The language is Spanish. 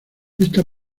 esta